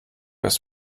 ist